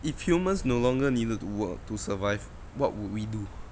if humans no longer needed to work to survive what would we do